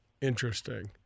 interesting